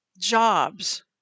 Jobs